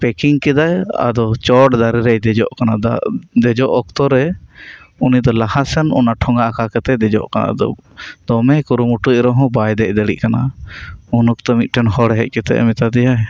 packing ᱠᱮᱫᱟᱭ ᱟᱫᱚ ᱪᱚᱴ ᱫᱟᱨᱮ ᱨᱮᱭ ᱫᱮᱡᱚᱜ ᱠᱟᱱᱟ ᱫᱟᱜ ᱫᱮᱡᱚᱜ ᱚᱠᱛᱚ ᱨᱮ ᱩᱱᱤ ᱫᱚ ᱞᱟᱦᱟ ᱥᱮᱱ ᱚᱱᱟ ᱴᱷᱚᱸᱜᱟ ᱟᱠᱟ ᱠᱟᱛᱮᱫ ᱫᱮᱡᱚᱜ ᱠᱟᱱᱟᱭ ᱟᱫᱚ ᱫᱚᱢᱮ ᱠᱩᱨᱩᱢᱩᱴᱩᱭᱮᱫ ᱨᱮᱦᱚᱸ ᱵᱟᱭ ᱫᱮᱡ ᱫᱟᱲᱮᱭᱟᱜ ᱠᱟᱱᱟ ᱩᱱ ᱚᱠᱛᱚ ᱢᱤᱫᱴᱟᱱ ᱦᱚᱲ ᱦᱮᱡ ᱠᱟᱛᱮᱫ ᱮ ᱢᱮᱛᱟ ᱫᱮᱭᱟᱭ